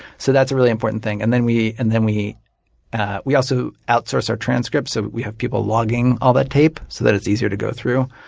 so that's a really important thing. and then we and then we also outsource our transcripts so we have people logging all that tape so that it's easier to go through.